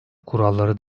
kuralları